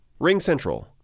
RingCentral